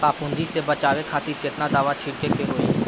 फाफूंदी से बचाव खातिर केतना दावा छीड़के के होई?